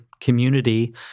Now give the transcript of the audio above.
community